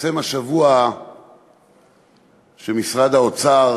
התפרסם השבוע שמשרד האוצר